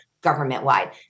government-wide